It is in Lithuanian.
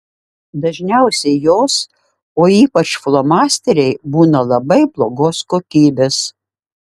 dažniausiai jos o ypač flomasteriai būna labai blogos kokybės